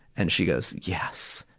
and she goes, yes.